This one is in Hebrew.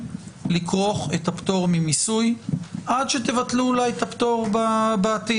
לכרוך את הפטור ממיסוי עד שאולי תבטלו את הפטור בעתיד.